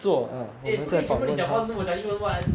eh 不可以全部你讲华文没讲英文 [what]